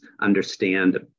understand